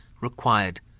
required